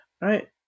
right